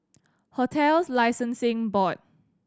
Hotels Licensing Board